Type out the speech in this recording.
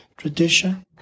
Tradition